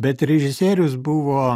bet režisierius buvo